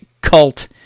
cult